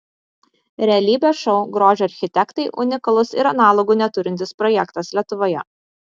realybės šou grožio architektai unikalus ir analogų neturintis projektas lietuvoje